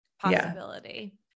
Possibility